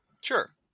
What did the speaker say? Sure